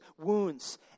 wounds